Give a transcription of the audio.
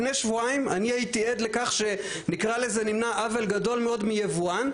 לפני שבועיים הייתי עד לזה שנמנע עוול גדול מאוד מיבואן,